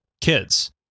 kids